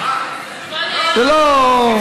זה לא,